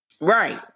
Right